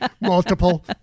multiple